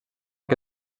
que